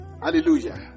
hallelujah